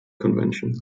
convention